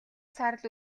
саарал